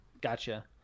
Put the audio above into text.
Gotcha